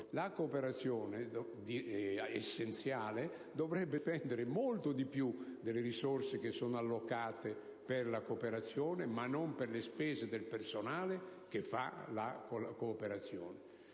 la cooperazione, essenziale, dovrebbe spendere molto di più delle risorse che sono allocate per le sue attività, ma non come voci di spesa per il personale che fa cooperazione.